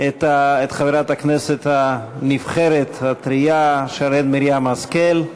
את חברת הכנסת הנבחרת הטרייה שרן מרים השכל.